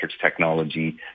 technology